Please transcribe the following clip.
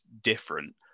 different